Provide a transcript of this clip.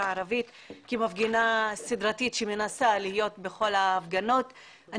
כמפגינה סדרתית שמנסה להיות בכל ההפגנות אני